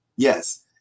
Yes